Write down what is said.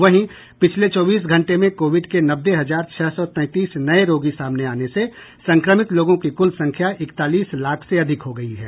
वहीं पिछले चौबीस घंटे में कोविड के नब्बे हजार छह सौ तैंतीस नये रोगी सामने आने से संक्रमित लोगों की कुल संख्या इकतालीस लाख से अधिक हो गई है